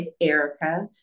Erica